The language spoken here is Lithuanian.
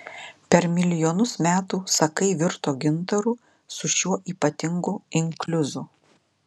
per milijonus metų sakai virto gintaru su šiuo ypatingu inkliuzu